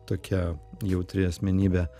tokia jautri asmenybė